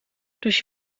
durch